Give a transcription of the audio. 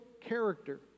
character